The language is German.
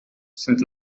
sind